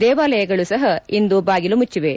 ದೇವಾಲಯಗಳು ಸಹ ಇಂದು ಬಾಗಿಲು ಮುಚ್ಚಿವೆ